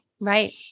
Right